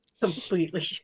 Completely